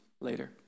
later